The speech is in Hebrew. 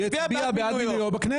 היא הצביעה בעד מינויו בכנסת.